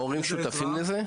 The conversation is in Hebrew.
ההורים שותפים לזה?